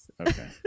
Okay